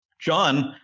John